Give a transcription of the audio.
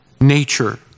nature